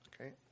Okay